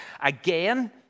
Again